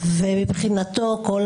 ומבחינתו כל